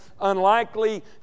unlikely